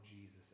Jesus